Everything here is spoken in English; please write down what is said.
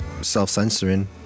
self-censoring